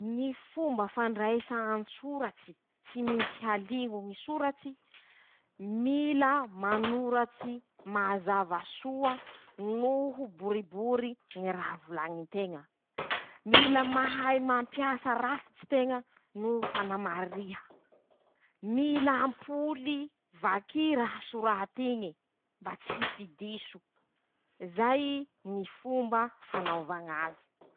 Ñy fomba fandraisa an-tsoratsy: -Tsy misy haliño ñy soratsy. -Mila manoratsy mazava soa noho boribory ñy raha volañy nteña. -Mila mahay mampiasa rafitsy nteña no fanamariha. -Mila hampoly vaky raha sorat'iñe mba tsy hisy diso, zay Ñy fomba fianara ñaze.